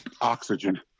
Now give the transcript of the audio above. oxygen